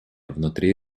внутри